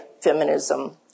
feminism